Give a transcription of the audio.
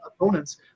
opponents